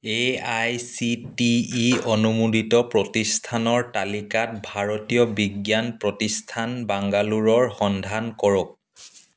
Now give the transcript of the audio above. A I C T E অনুমোদিত প্ৰতিষ্ঠানৰ তালিকাত ভাৰতীয় বিজ্ঞান প্ৰতিষ্ঠান বাংগালোৰৰ সন্ধান কৰক